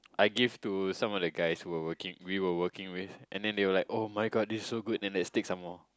I give to some of the guys who were working we were working with and they where like oh my good this so good then they take some more